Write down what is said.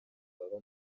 baba